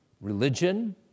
religion